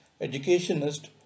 educationist